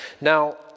Now